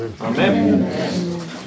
Amen